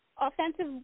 offensive